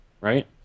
right